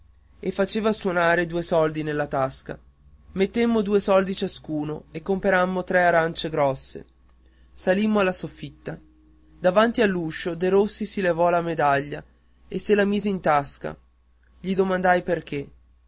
e faceva sonare due soldi nella tasca mettemmo due soldi ciascuno e comperammo tre arancie grosse salimmo alla soffitta davanti all'uscio derossi si levò la medaglia e se la mise in tasca gli domandai perché